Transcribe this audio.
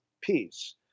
peace